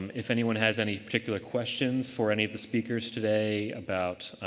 if anyone has any particular questions for any of the speakers today about